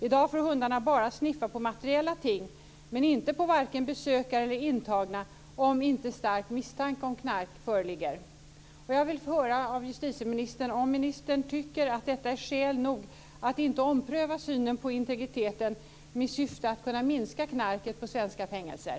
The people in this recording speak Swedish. I dag får hundarna bara sniffa på materiella ting, men varken på besökare eller intagna om inte stark misstanke om knark föreligger. Jag vill höra om justitieministern tycker att detta är skäl nog att inte ompröva synen på integriteten med syfte att kunna minska knarket på svenska fängelser.